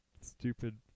stupid